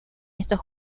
estos